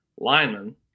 lineman